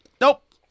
Nope